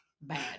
bad